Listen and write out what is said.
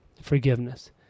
forgiveness